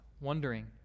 wondering